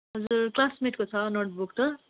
हजुर क्लासमेटको छ नोटबुक त